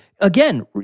again